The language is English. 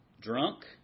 drunk